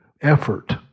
effort